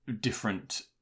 different